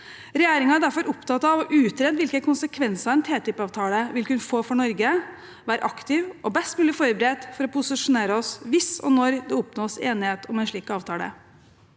Regjeringen er derfor opptatt av å utrede hvilke konsekvenser en TTIPavtale vil kunne få for Norge, være aktiv og best mulig forberedt til å posisjonere oss hvis og når det oppnås enighet om en slik avtale.